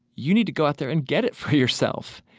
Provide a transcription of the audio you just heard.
you need to go out there and get it for yourself.